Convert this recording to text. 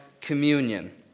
communion